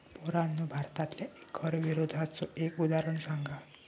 पोरांनो भारतातल्या कर विरोधाचा एक उदाहरण सांगा